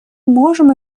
можем